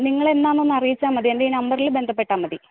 നിങ്ങളെന്നാണെന്നൊന്നറിയിച്ചാല് മതി എൻ്റെ ഈ നമ്പറിൽ ബന്ധപ്പെട്ടാല് മതി